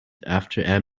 after